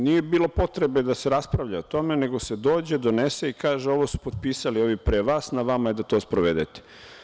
Nije bilo potrebe da se raspravlja o tome, nego se dođe, donese i kaže – ovo su potpisali ovi pre vas, na vama je da to sprovedete.